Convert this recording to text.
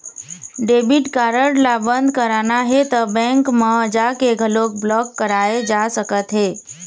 debit card ल बंद कराना हे त बेंक म जाके घलोक ब्लॉक कराए जा सकत हे